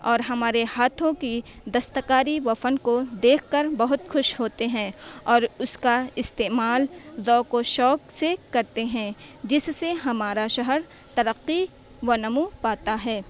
اور ہمارے ہاتھوں کی دستکاری و فن کو دیکھ کر بہت خوش ہوتے ہیں اور اس کا استعمال ذوق و شوق سے کرتے ہیں جس سے ہمارا شہر ترقی و نمو پاتا ہے